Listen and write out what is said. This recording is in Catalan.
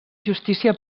justícia